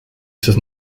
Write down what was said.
ses